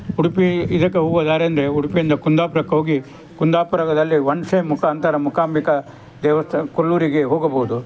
ಉಡುಪಿ ಇದಕ್ಕೆ ಹೋಗುವ ದಾರಿಯಂದರೆ ಉಡುಪಿಯಿಂದ ಕುಂದಾಪುರಕ್ಕೋಗಿ ಕುಂದಾಪುರದಲ್ಲಿ ವನ್ಸೆ ಮುಖಾಂತರ ಮೂಕಾಂಬಿಕಾ ದೇವಸ್ಥಾನ ಕೊಲ್ಲೂರಿಗೆ ಹೋಗಬಹುದು